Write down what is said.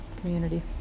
community